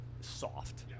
soft